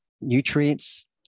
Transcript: nutrients